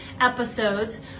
episodes